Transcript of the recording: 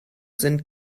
sind